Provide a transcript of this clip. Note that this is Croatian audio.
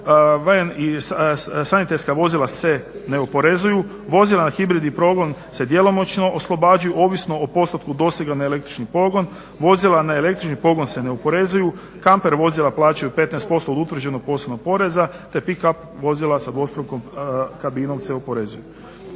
i sanitetska vozila se ne oporezuju, vozila na hibridni pogon se djelomično oslobađaju ovisno o postotku dosega na električni pogon. Vozila na električni pogon se ne oporezuju, kamper vozila plaćaju 15% od utvrđenog posebnog poreza, te pic kup vozila sa dvostrukom kabinom se oporezuju.